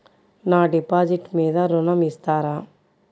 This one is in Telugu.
నా డిపాజిట్ మీద ఋణం ఇస్తారా?